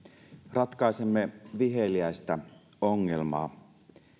ratkaisemme viheliäistä ongelmaa